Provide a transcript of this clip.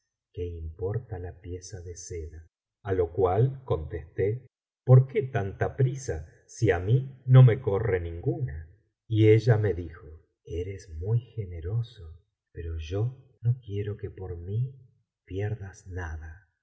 que importa la pieza de seda a lo cual contesté por qué tanta prisa si a mí no me corre ninguna y ella me dijo eres muy generoso pero yo no quiero que por mí pierdas nada